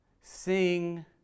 sing